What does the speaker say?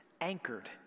anchored